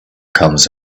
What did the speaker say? comes